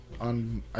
On